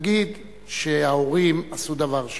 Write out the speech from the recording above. נגיד שההורים עשו דבר שאסור,